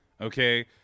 okay